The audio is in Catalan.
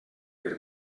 per